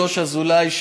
שוש אזולאי,